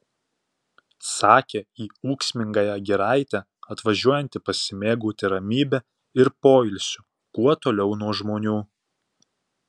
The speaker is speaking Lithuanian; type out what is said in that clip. sakė į ūksmingąją giraitę atvažiuojanti pasimėgauti ramybe ir poilsiu kuo toliau nuo žmonių